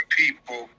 people